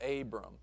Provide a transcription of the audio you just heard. Abram